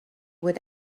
would